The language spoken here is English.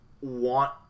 want